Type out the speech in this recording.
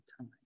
time